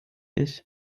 ich